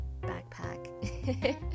backpack